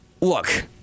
look